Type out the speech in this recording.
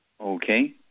Okay